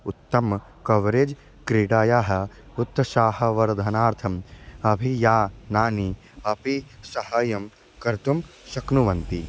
उत्तमं कवरेज् क्रीडायाः उत्तमांशाः वर्धनार्थम् अभियानानि अपि सहायं कर्तुं शक्नुवन्ति